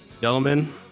Gentlemen